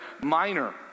Minor